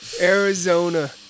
Arizona